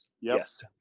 Yes